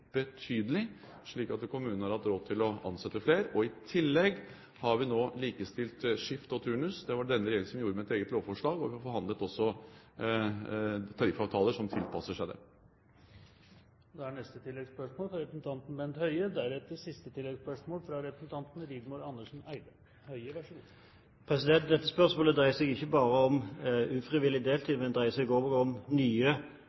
betydelig, slik at kommunene har hatt råd til å ansette flere. I tilegg har vi nå likestilt skift og turnus. Det var det denne regjeringen som gjorde med et eget lovforslag, og vi har også forhandlet tariffavtaler som tilpasser seg det.